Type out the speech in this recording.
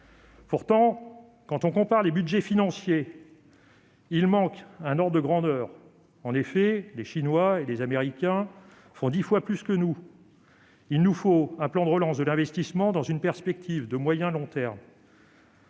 Pourtant, quand on compare les budgets financiers, il manque un ordre de grandeur : en effet, les Chinois et les Américains font dix fois plus que nous. Il nous faut donc un plan de relance de l'investissement dans une perspective de moyen et de long terme.